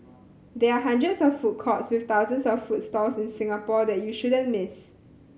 there are hundreds of food courts with thousands of food stalls in Singapore that you shouldn't miss